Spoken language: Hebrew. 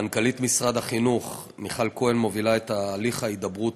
מנכ"לית משרד החינוך מיכל כהן מובילה את הליך ההידברות